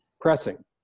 pressing